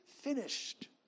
finished